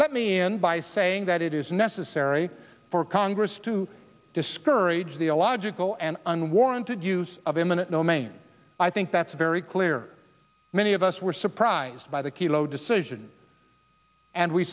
let me end by saying that it is necessary for congress to discourage the illogical and unwarranted use of eminent domain i think that's very clear many of us were surprised by the kilo decision and we